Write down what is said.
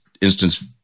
instance